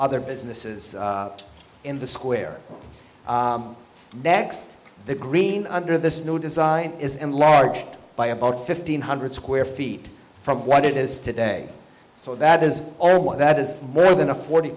other businesses in the square next the green under this new design is in large by about fifteen hundred square feet from what it is today so that is one that has more than a forty